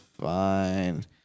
fine